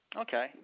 Okay